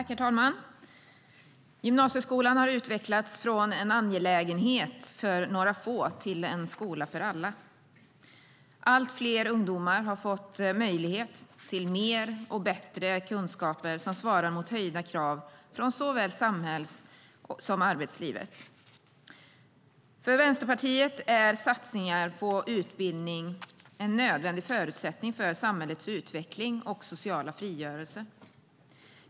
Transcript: Herr talman! Gymnasieskolan har utvecklats från en angelägenhet för några få till en skola för alla. Allt fler ungdomar har fått möjlighet till mer och bättre kunskaper som svarar mot höjda krav från såväl samhällslivet som arbetslivet. För Vänsterpartiet är satsningar på utbildning en nödvändig förutsättning för samhällets utveckling och sociala frigörelse.